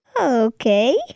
Okay